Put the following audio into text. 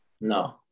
No